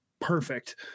perfect